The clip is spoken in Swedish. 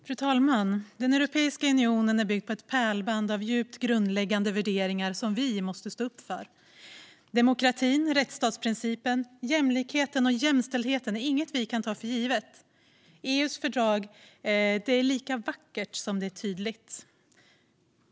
Fru talman! Den europeiska unionen är byggd på ett pärlband av djupt grundläggande värderingar som vi måste stå upp för. Demokratin, rättsstatsprincipen, jämlikheten och jämställdheten är inget vi kan ta för givet. EU:s fördrag är lika vackert som det är tydligt.